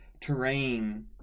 terrain